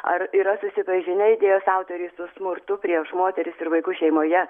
ar yra susipažinę idėjos autoriai su smurtu prieš moteris ir vaikus šeimoje